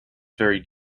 very